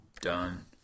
done